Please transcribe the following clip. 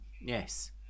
Yes